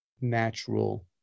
natural